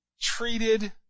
treated